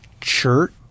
church